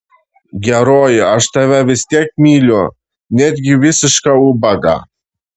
geroji aš tave vis tiek myliu netgi visišką ubagą